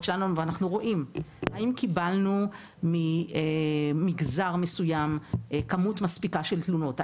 שלנו ואנחנו רואים האם קיבלנו ממגזר מסוים כמות מספיקה של תלונות,